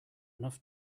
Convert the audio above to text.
enough